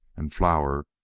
and flour,